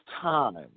time